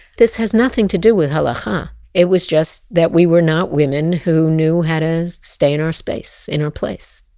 this has nothing to do with halacha. and it was just that we were not women who knew how to stay in our space. in our place.